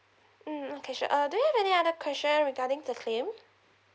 mm okay sure uh do you have any other question regarding the claim